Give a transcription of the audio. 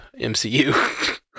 MCU